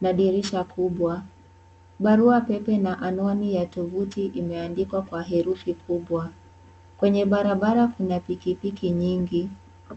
na dirisha kubwa. Barua pepe na anwani ya tovuti imeandikwa kwa herufi kubwa. Kwenye barabara kuna pikipiki nyingi.